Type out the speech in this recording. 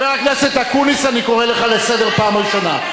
חבר הכנסת אקוניס, אני קורא אותך לסדר פעם ראשונה.